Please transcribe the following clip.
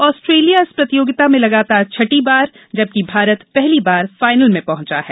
Australia इस प्रतियोगिता में लगातार छठी बार जबकि भारत पहली बार फाइनल में पहुंचा है